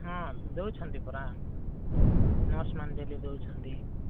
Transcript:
ହଁ ଦେଉଛନ୍ତି ପରା ନର୍ସ ମାନେ ଡେଲି ଦେଉଛନ୍ତି